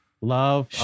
Love